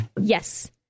Yes